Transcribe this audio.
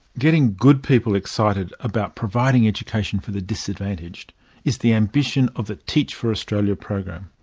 getting good people excited about providing education for the disadvantaged is the ambition of the teach for australia program.